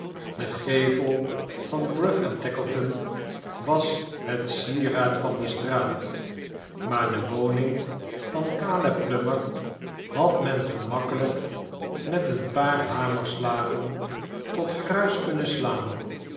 de gevel van gruff en tackleton was het sieraad van die straat maar de woning van caleb plummer had men gemakkelijk met een paar hamerslagen tot gruis kunnen slaan